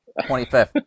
25th